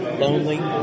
lonely